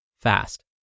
fast